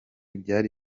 byari